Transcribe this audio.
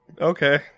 Okay